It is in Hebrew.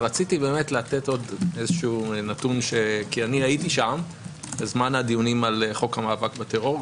אבל רציתי לתת נתון כי אני הייתי שם בזמן הדיונים על חוק המאבק בטרור,